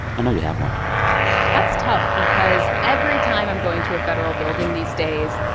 i know you have one that's tough because every time i'm going to a federal building these days,